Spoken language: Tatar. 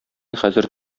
хәзер